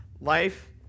Life